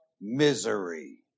misery